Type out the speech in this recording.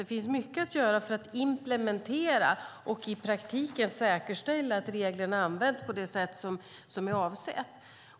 Det finns mycket att göra för att implementera och i praktiken säkerställa att reglerna används på det sätt som är avsett.